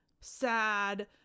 sad